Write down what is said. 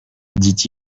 dit